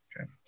Okay